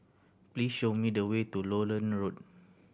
please show me the way to Lowland Road